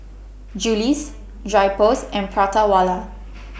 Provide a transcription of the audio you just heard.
Julies Drypers and Prata Wala